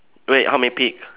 wait how many peak